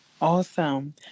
Awesome